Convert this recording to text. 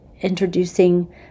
introducing